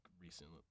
recently